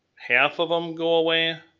half of them go away?